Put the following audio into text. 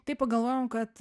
tai pagalvojom kad